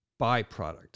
byproduct